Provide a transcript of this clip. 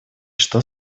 что